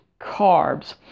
carbs